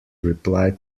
replied